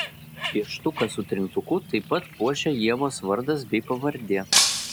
pieštuką su trintuku taip pat puošia ievos vardas bei pavardė